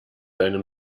einem